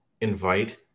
invite